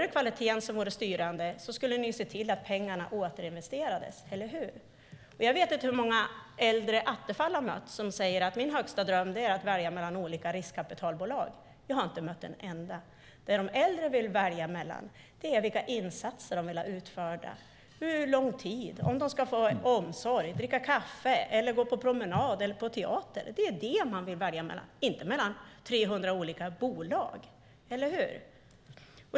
Vore kvaliteten det styrande skulle Kristdemokraterna se till att pengarna återinvesterades, eller hur? Jag vet inte hur många äldre Attefall mött som säger att deras högsta dröm är att välja mellan olika riskkapitalbolag. Jag har i alla fall inte mött en enda. I stället vill de äldre välja mellan olika insatser som de vill ha utförda, hur lång tid det ska ta, vilken omsorg de ska få, om de ska kunna dricka kaffe, gå på promenad eller på teater. Det är sådant de vill välja, inte att välja mellan 300 olika bolag.